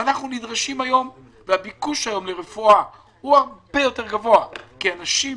אנחנו נדרשים היום והביקוש היום לרפואה הרבה יותר גבוה כי אנשים,